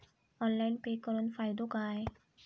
Online pay करुन फायदो काय?